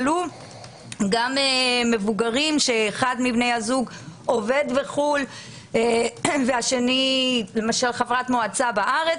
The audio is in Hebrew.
גם מבוגרים שאחד מבני הזוג עובד בחוץ לארץ והשני למשל חברת מועצה בארץ.